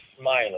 smiling